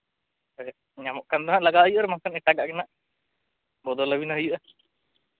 ᱦᱮᱸ ᱧᱟᱢᱚᱜ ᱠᱷᱟᱱ ᱫᱚ ᱞᱟᱜᱟᱣ ᱦᱩᱭᱩᱜᱼᱟ ᱵᱟᱝ ᱠᱷᱟᱱ ᱫᱚ ᱮᱴᱟᱜᱟᱜ ᱜᱮ ᱦᱟᱸᱜ ᱵᱚᱫᱚᱞ ᱟᱹᱵᱤᱱ ᱦᱩᱭᱩᱜᱼᱟ